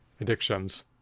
addictions